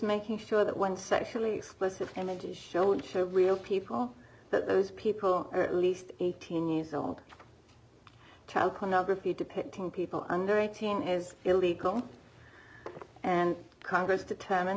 making sure that when sexually explicit kennedy showed real people that those people are at least eighteen years old child pornography depicting people under eighteen is illegal and congress determine